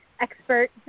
expert